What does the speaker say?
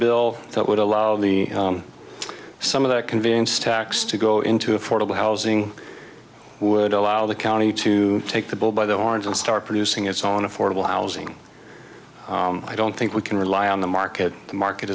bill that would allow the some of that conveyance tax to go into affordable housing would allow the county to take the bull by the horns and start producing its own affordable housing i don't think we can rely on the market the market